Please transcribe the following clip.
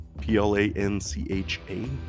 P-L-A-N-C-H-A